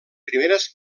primeres